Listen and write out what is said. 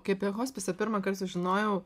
kai apie hospisą pirmąkart sužinojau